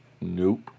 Nope